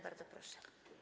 Bardzo proszę.